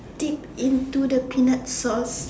dip into the peanut sauce